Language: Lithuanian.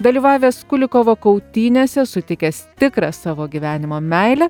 dalyvavęs kulikovo kautynėse sutikęs tikrą savo gyvenimo meilę